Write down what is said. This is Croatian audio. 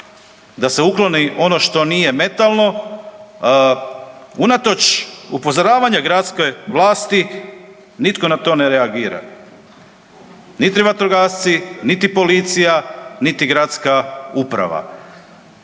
da se ukloni ono što nije metalno. Unatoč upozoravanja gradske vlasti nitko na to ne reagira, niti vatrogasci, niti policija, niti gradska uprava.